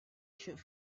should